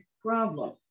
problem